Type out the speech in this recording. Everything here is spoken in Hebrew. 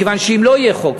מכיוון שאם לא יהיה חוק,